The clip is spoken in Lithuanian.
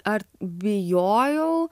ar bijojau